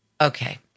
Okay